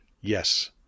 Yes